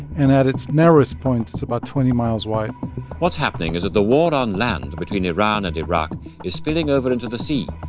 and at its narrowest point, it's about twenty miles wide what's happening is that the water on land between iran and iraq is spilling over into the sea,